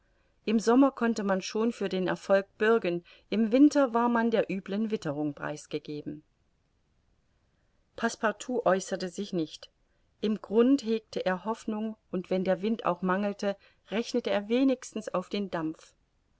im sommer konnte man schon für den erfolg bürgen im winter war man der übeln witterung preisgegeben partout äußerte sich nicht im grund hegte er hoffnung und wenn der wind auch mangelte rechnete er wenigstens auf den dampf